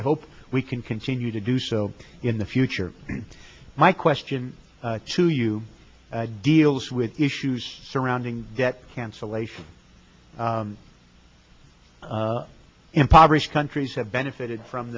i hope we can continue to do so in the future my question to you deals with issues surrounding debt cancellation impoverished countries have benefited from